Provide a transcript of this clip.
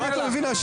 אני אסביר לך,